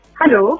Hello